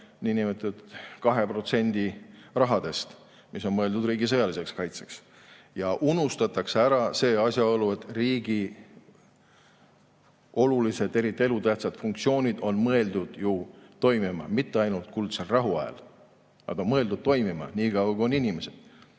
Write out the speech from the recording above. niinimetatud 2% rahast, mis on mõeldud riigi sõjaliseks kaitseks. Unustatakse ära asjaolu, et riigi olulised, eriti elutähtsad funktsioonid on mõeldud ju toimima mitte ainult kuldsel rahuajal. Need on mõeldud toimima niikaua, kui on inimesi,